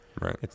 Right